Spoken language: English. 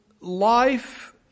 life